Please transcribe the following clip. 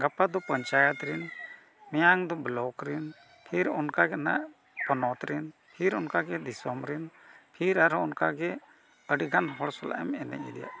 ᱜᱟᱯᱟ ᱫᱚ ᱯᱚᱧᱪᱟᱭᱮᱛ ᱨᱮᱱ ᱢᱮᱭᱟᱝ ᱫᱚ ᱨᱮᱱ ᱯᱷᱤᱨ ᱚᱱᱠᱟ ᱜᱮ ᱱᱟᱦᱟᱜ ᱯᱚᱱᱚᱛ ᱨᱮᱱ ᱯᱷᱤᱨ ᱚᱱᱠᱟ ᱜᱮ ᱫᱤᱥᱚᱢ ᱨᱮᱱ ᱯᱷᱤᱨ ᱟᱨᱦᱚᱸ ᱚᱱᱠᱟ ᱜᱮ ᱟᱹᱰᱤᱜᱟᱱ ᱦᱚᱲ ᱥᱟᱞᱟᱜ ᱮᱢ ᱮᱱᱮᱡ ᱤᱫᱤᱭᱟ